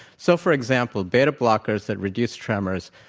so, for example, beta blockers that reduce tremors,